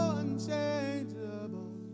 unchangeable